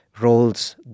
roles